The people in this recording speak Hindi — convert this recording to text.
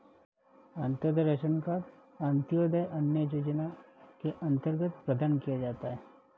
अंतोदय राशन कार्ड अंत्योदय अन्न योजना के अंतर्गत प्रदान किया जाता है